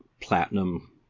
platinum